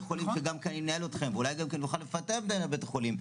החולים שגם ננהל אתכם ואולי גם נוכל לפטר מנהל בית חולים,